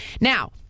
Now